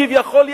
כביכול,